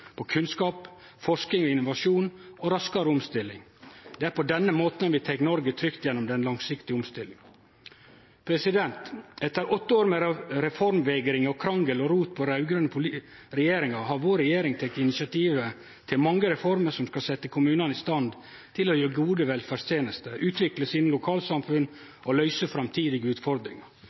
på kunnskap, forsking og innovasjon og raskare omstilling. Det er på denne måten vi tek Noreg trygt gjennom den langsiktige omstillinga. Etter åtte år med reformvegring og krangel og rot i raud-grøne regjeringar har vår regjering teke initiativet til mange reformer som skal setje kommunane i stand til å gje gode velferdstenester, utvikle sine lokalsamfunn og løyse framtidige utfordringar.